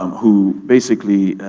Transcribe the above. um who basically.